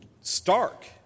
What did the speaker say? stark